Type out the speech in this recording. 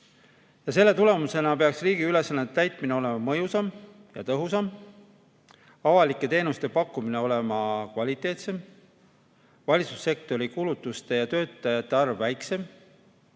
Selle tulemusena peaks riigi ülesannete täitmine olema mõjusam ja tõhusam, avalike teenuste pakkumine peaks olema kvaliteetsem, valitsussektori kulutuste ja töötajate arv väiksem